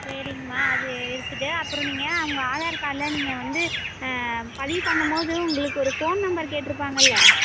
சரிங்கம்மா அது இருக்கட்டும் அப்புறம் நீங்கள் உங்க ஆதார் கார்டில் நீங்கள் வந்து பதிவு பண்ணும்போது உங்களுக்கு ஒரு ஃபோன் நம்பர் கேட்டிருப்பாங்கல்ல